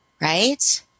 right